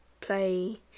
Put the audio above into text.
play